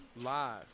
live